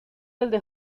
desde